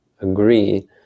agree